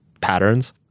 patterns